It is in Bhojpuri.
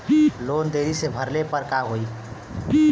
लोन देरी से भरले पर का होई?